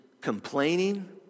complaining